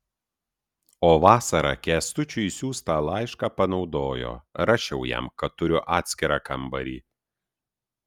o vasarą kęstučiui siųstą laišką panaudojo rašiau jam kad turiu atskirą kambarį